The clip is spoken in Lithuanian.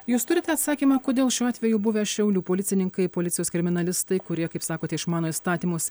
jūs turite atsakymą kodėl šiuo atveju buvę šiaulių policininkai policijos kriminalistai kurie kaip sakote išmano įstatymus